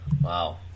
Wow